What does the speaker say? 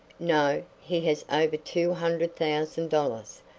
no, he has over two hundred thousand dollars,